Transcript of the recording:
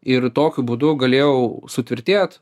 ir tokiu būdu galėjau sutvirtėt